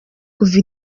kuva